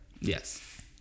Yes